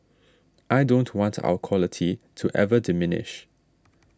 I don't want our quality to ever diminish